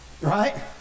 right